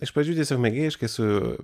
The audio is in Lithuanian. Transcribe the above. iš pradžių tiesiog mėgėjiškai su